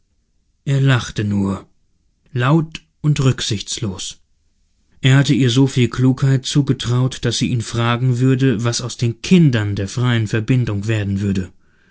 er lachte nur laut und rücksichtslos er hatte ihr so viel klugheit zugetraut daß sie ihn fragen würde was aus den kindern der freien verbindung werden würde